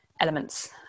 elements